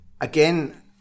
again